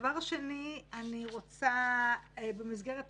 ועוד דבר מבני שאני רוצה לומר,